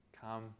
Come